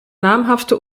namhafte